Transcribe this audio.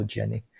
Jenny，